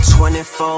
24